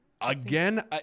Again